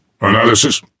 Analysis